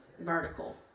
vertical